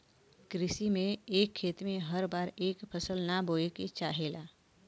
कृषि में एक खेत में हर बार एक फसल ना बोये के चाहेला